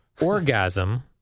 orgasm